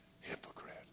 hypocrite